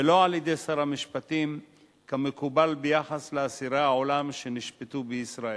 ולא על-ידי שר המשפטים כמקובל ביחס לאסירי העולם שנשפטו בישראל.